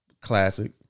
Classic